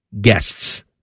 guests